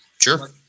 sure